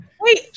Wait